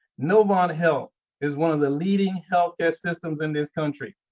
novant health is one of the leading healthcare systems in this country,